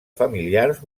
familiars